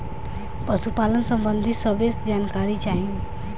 पशुपालन सबंधी सभे जानकारी चाही?